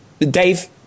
Dave